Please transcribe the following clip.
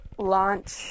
launch